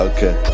Okay